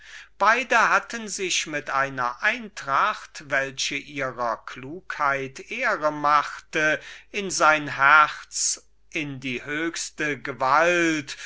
beide hatten sich mit einer eintracht welche ihrer klugheit ehre machte in sein herz in die höchste gewalt